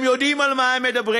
הם יודעים על מה הם מדברים,